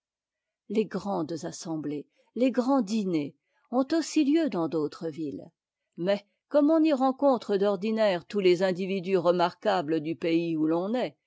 les grandes assemblées les grands dîners ont aussi lieu dans d'autres villes mais comme on y rencontre d'ordinaire tous les individus remarquables du pays où l'on est